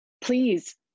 please